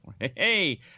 Hey